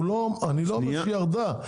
אבל היא לא ירדה.